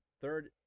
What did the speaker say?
third